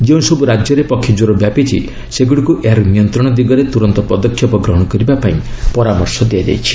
ଯେଉଁସବୁ ରାଜ୍ୟରେ ପକ୍ଷୀ ଜ୍ୱର ବ୍ୟାପିଛି ସେଗୁଡ଼ିକୁ ଏହାର ନିୟନ୍ତ୍ରଣ ଦିଗରେ ତୂରନ୍ତ ପଦକ୍ଷେପ ଗ୍ରହଣ କରିବା ପାଇଁ ପରାମର୍ଶ ଦିଆଯାଇଛି